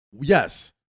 yes